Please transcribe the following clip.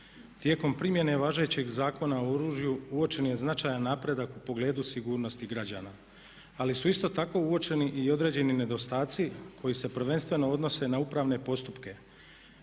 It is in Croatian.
Tijekom primjene važećeg Zakona o oružju uočen je značajan napredak u pogledu sigurnosti građana ali su isto tako uočeni i određeni nedostaci koji se prvenstveno odnose na upravne postupke